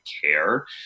care